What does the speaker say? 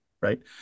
Right